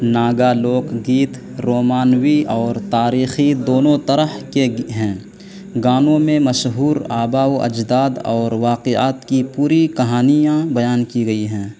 ناگا لوک گیت رومانوی اور تاریخی دونوں طرح کے ہیں گانوں میں مشہور آباء و اجداد اور واقعات کی پوری کہانیاں بیان کی گئی ہیں